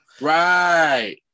Right